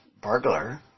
burglar